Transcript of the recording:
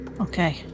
Okay